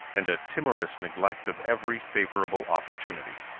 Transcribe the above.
and a timorous neglect of every favorable opportunity.